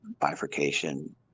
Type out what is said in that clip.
bifurcation